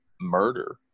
murder